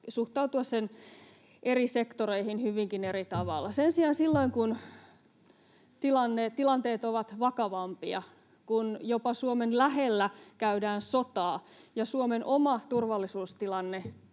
suhtautua hyvinkin eri tavalla. Sen sijaan silloin, kun tilanteet ovat vakavampia, kun jopa Suomen lähellä käydään sotaa ja Suomen oma turvallisuustilanne